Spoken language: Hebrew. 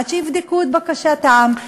עד שיבדקו את בקשתם,